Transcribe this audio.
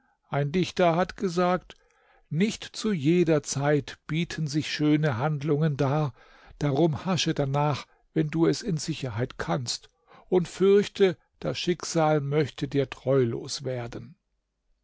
ein dichter hat gesagt nicht zu jeder zeit bieten sich schöne handlungen dar darum hasche danach wenn du es in sicherheit kannst und fürchte das schicksal möchte dir treulos werden